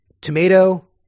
tomato